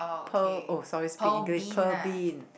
pearl oh sorry speak English pearl bean